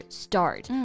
start